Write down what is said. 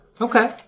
Okay